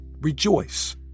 Rejoice